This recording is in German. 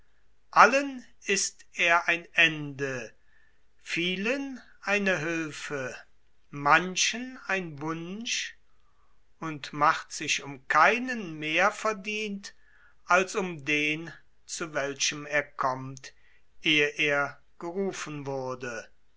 allen ist er ein ende vielen eine hülfe manchen ein wunsch und macht sich um keinen mehr verdient als um den zu welchem er kommt ehe er gerufen wurde